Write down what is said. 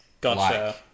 gotcha